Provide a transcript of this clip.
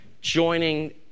joining